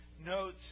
notes